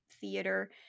theater